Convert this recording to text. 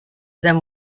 them